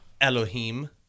Elohim